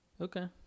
Okay